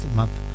month